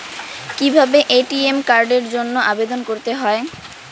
কিভাবে এ.টি.এম কার্ডের জন্য আবেদন করতে হয়?